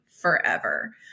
forever